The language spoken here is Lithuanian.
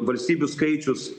valstybių skaičius